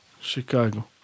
Chicago